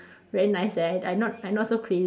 very nice eh I not I not so crazy